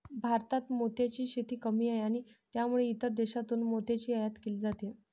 भारतात मोत्यांची शेती कमी आहे आणि त्यामुळे इतर देशांतून मोत्यांची आयात केली जाते